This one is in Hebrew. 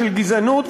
של גזענות,